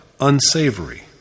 unsavory